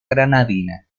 granadina